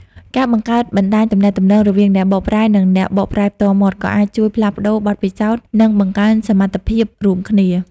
ការបង្កើតបណ្តាញទំនាក់ទំនងរវាងអ្នកបកប្រែ និងអ្នកបកប្រែផ្ទាល់មាត់ ក៏អាចជួយផ្លាស់ប្តូរបទពិសោធន៍ និងបង្កើនសមត្ថភាពរួមគ្នា។